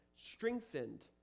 strengthened